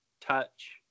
touch